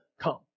come